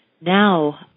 now